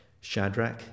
Shadrach